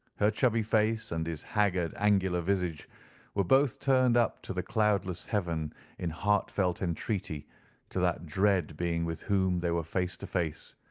her chubby face, and his haggard, angular visage were both turned up to the cloudless heaven in heartfelt entreaty to that dread being with whom they were face to face,